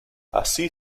así